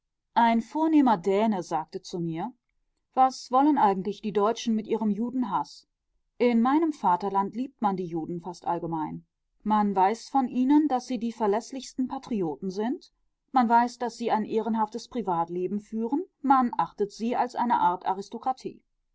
ein vornehmer däne sagte zu mir was wollen eigentlich die deutschen mit ihrem judenhaß in meinem vaterland liebt man die juden fast allgemein man weiß von ihnen daß sie die verläßlichsten patrioten sind man weiß daß sie ein ehrenhaftes privatleben führen man achtet sie als eine art aristokratie